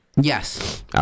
Yes